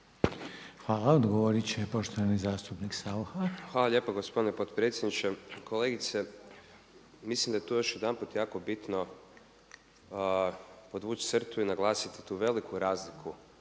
Saucha. **Saucha, Tomislav (SDP)** Hvala lijepa gospodine potpredsjedniče. Kolegice mislim da je tu još jedanput jako bitno podvući crtu i naglasiti tu veliku razliku